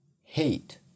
hate